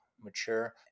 mature